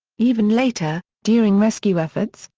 even later, during rescue efforts,